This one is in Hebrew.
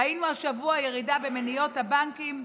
ראינו השבוע ירידה במניות הבנקים,